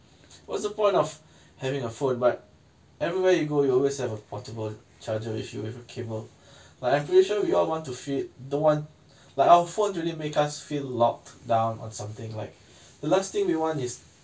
what's the point of having a phone but everywhere you go you always have a portable charger with you with a cable like I'm pretty sure we all want to feel the one like our phone really make us feel locked down on something like the last thing we want is